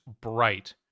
bright